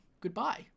Goodbye